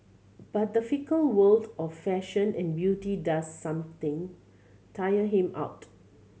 but the fickle world of fashion and beauty does something tire him out